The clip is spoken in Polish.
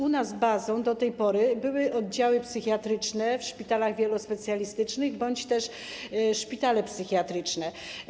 U nas bazą do tej pory były oddziały psychiatryczne w szpitalach wielospecjalistycznych bądź też szpitale psychiatryczne.